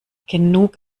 genug